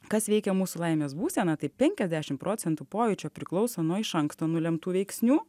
kas veikia mūsų laimės būseną tai penkiasdešimt procentų pojūčio priklauso nuo iš anksto nulemtų veiksnių